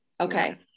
Okay